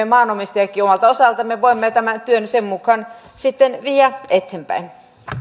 maanomistajatkin omalta osaltamme voimme tätä työtä sitten sen mukaan viedä eteenpäin